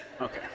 Okay